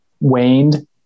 waned